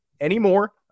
anymore